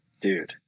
dude